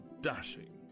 dashing